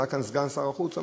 עלה כאן סגן שר החוץ ואמר,